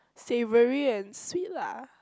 savoury and sweet lah